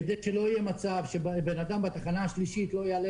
כדי שלא יהיה מצב שבן אדם בתחנה השלישית לא יעלה